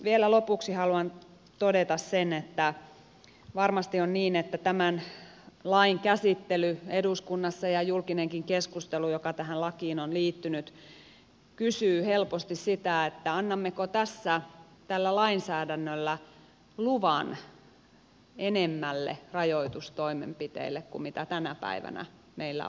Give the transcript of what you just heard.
vielä lopuksi haluan todeta sen että varmasti on niin että tämän lain käsittely eduskunnassa ja julkinenkin keskustelu joka tähän lakiin on liittynyt kysyy helposti sitä annammeko tässä tällä lainsäädännöllä luvan enemmille rajoitustoimenpiteille kuin mitä tänä päivänä meillä on